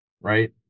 Right